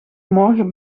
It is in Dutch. morgen